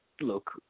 look